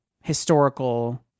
historical